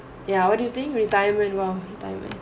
yeah what do you think retirement while diamond